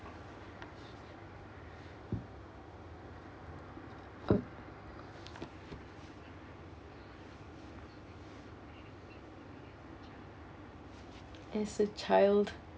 as a child